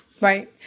Right